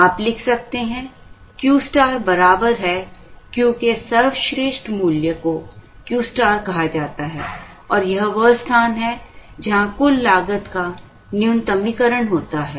आप लिख सकते हैं Q बराबर है Q के सर्वश्रेष्ठ मूल्य को Q कहा जाता है और यह वह स्थान है जहां कुल लागत का न्यूनतमीकरण होता है